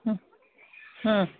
ಹ್ಞೂ ಹ್ಞೂ